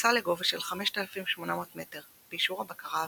וטיפסה לגובה של 5,800 מטר באישור הבקרה האווירית.